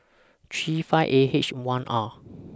three five A H one R